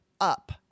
up